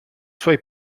suoi